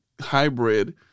hybrid